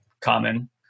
common